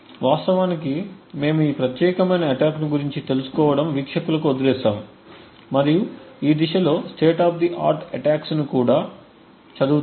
వాస్తవానికి మేము ఈ ప్రత్యేకమైన అటాక్ ని గురించి తెలుసుకోవడం వీక్షకులకు వదిలివేస్తాము మరియు ఈ దిశలో స్టేట్ ఆఫ్ ది ఆర్ట్ అటాక్స్ను కూడా చదువుతాము